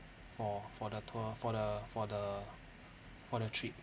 for for the tour for the for the for the trip